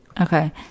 Okay